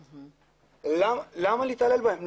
למה להתעלל בהם?